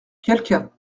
quelqu’un